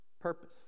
Purpose